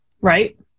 right